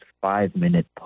five-minute